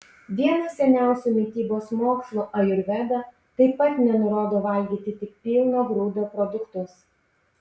vienas seniausių mitybos mokslų ajurveda taip pat nenurodo valgyti tik pilno grūdo produktus